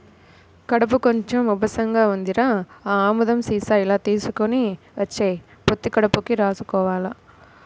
కడుపు కొంచెం ఉబ్బసంగా ఉందిరా, ఆ ఆముదం సీసా ఇలా తీసుకొని వచ్చెయ్, పొత్తి కడుపుకి రాసుకోవాల